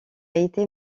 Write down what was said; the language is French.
été